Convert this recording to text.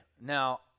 Now